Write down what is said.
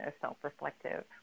self-reflective